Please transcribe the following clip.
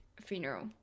funeral